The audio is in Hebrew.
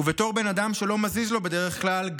ובתור בן אדם שלא מזיז לו בדרך כלל,